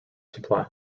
supply